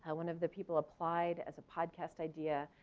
one of the people applied as a podcast idea,